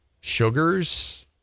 Sugars